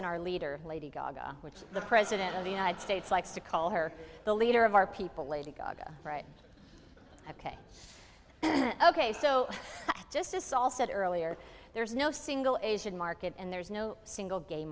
in our leader lady gaga which the president of the united states likes to call her the leader of our people lady gaga right ok and ok so just this all said earlier there's no single asian market and there's no single ga